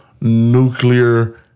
nuclear